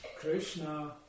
Krishna